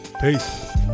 Peace